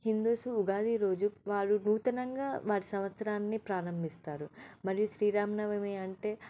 Hindus Ugadi రోజు వారు నూతనంగా వారి సంవత్సరాన్ని ప్రారంభిస్తారు మరియు శ్రీరామనవమి అంటే